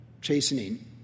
chastening